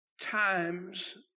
times